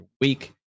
week